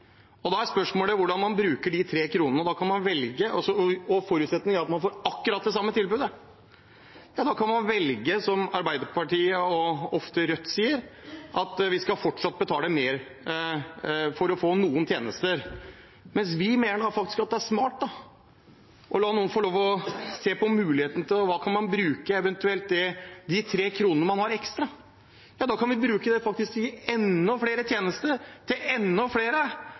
kr, da har man 3 kr igjen. Da er spørsmålet hvordan man bruker de tre kronene. Forutsetningen er at man får akkurat det samme tilbudet. Da kan man, som Arbeiderpartiet og Rødt ofte sier, velge at vi fortsatt skal betale mer for å få noen tjenester. Men vi mener faktisk at det er smart å la noen få lov til å se på muligheten for hvordan man eventuelt kan bruke de tre kronene man har ekstra. Da kan vi bruke det til å gi enda flere tjenester til enda flere,